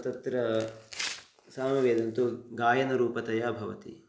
तत्र सामवेदं तु गायनरूपतया भवति